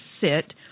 sit